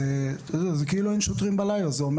זה כאילו אין שוטרים בלילה.